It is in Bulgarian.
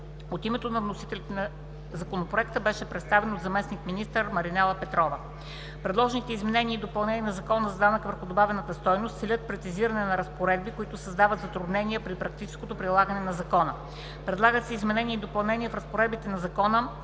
От името на вносителите Законопроектът беше представен от заместник-министъра на финансите Маринела Петрова. Предложените изменения и допълнения на Закона за данък върху добавената стойност (ЗДДС) целят прецизиране на разпоредби, които създават затруднения при практическото прилагане на закона. Предлагат се изменения и допълнения в разпоредбите на закона,